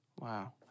Wow